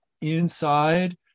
inside